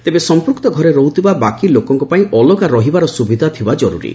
ତେବେ ସମ୍ମୁକ୍ତ ଘରେ ରହୁଥିବା ବାକି ଲୋକଙ୍କ ପାଇଁ ଅଲଗା ରହିବାର ସୁବିଧା ଥିବା ଜରୁରୀ